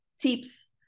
tips